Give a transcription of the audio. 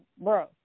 bro